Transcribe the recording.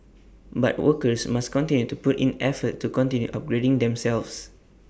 but workers must continue to put in effort to continue upgrading themselves